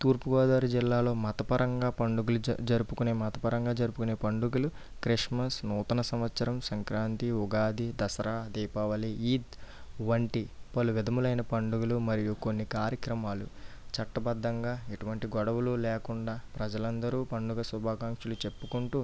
తూర్పుగోదావరి జిల్లాలో మతపరంగా పండుగలు జ జరుపుకునే మతపరంగా జరుపుకునే పండుగలు క్రిస్మస్ నూతన సంవత్సరం సంక్రాంతి ఉగాది దసరా దీపావళి ఈద్ వంటి పలు విధాలైన పండుగలు మరియు కొన్ని కార్యక్రమాలు చట్టబద్ధంగా ఎటువంటి గొడవలు లేకుండా ప్రజలు అందరు పండుగ శుభాకాంక్షలు చెప్పుకుంటు